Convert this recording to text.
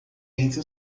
entre